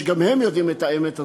וגם הם יודעים את האמת הזאת.